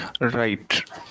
right